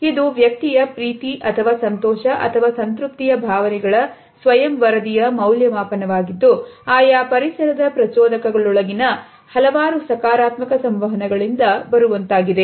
ಇದು ವ್ಯಕ್ತಿಯ ಪ್ರೀತಿ ಅಥವಾ ಸಂತೋಷ ಅಥವಾ ಸಂತೃಪ್ತಿಯ ಭಾವನೆಗಳ ಸ್ವಯಂ ವರದಿಯ ಮೌಲ್ಯಮಾಪನವಾಗಿದ್ದು ಆಯಾ ಪರಿಸರದ ಪ್ರಚೋದಕಗಳೊಳಗಿನ ಹಲವಾರು ಸಕಾರಾತ್ಮಕ ಸಂವಹನಗಳಿಂದ ಬರುವಂತಾಗಿದೆ